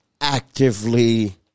actively